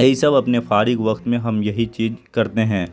یہ سب اپنے فارغ وقت میں ہم یہی چیز کرتے ہیں